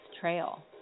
trail